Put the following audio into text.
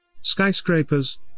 Skyscrapers